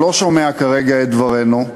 שלא שומע כרגע את דברנו,